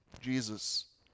Jesus